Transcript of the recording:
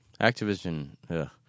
Activision